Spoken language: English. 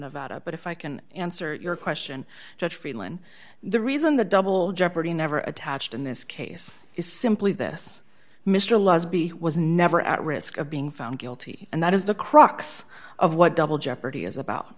nevada but if i can answer your question judge friedman the reason the double jeopardy never attached in this case is simply this mr law's behe was never at risk of being found guilty and that is the crux of what double jeopardy is about